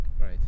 Right